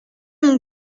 mon